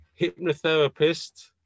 hypnotherapist